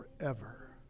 forever